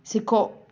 ਸਿੱਖੋ